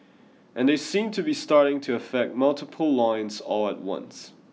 and they seem to be starting to affect multiple lines all at once